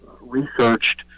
researched